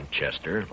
Chester